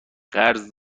قرض